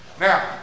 Now